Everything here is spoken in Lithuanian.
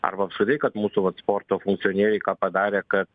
arba apskritai kad mūsų vat sporto funkcionieriai ką padarė kad